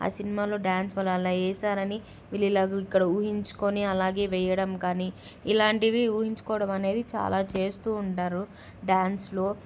ఆ సినిమాలో డ్యాన్స్ వాళ్లు అలా చేశారని వీళ్ళు అలా ఇక్కడ ఊహించుకొని అలాగే వేయడం కానీ ఇలాంటివి ఊహించుకోవడం అనేది చాలా చేస్తూ ఉంటారు డ్యాన్స్లో